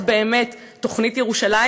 דיברנו על תוכנית ירושלים,